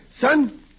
son